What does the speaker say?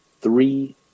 three